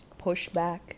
pushback